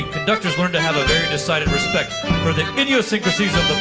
conductors learned to have a very decided respect for the idiosyncrasies of